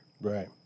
Right